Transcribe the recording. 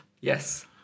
Yes